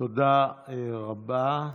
תודה רבה.